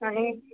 आनीक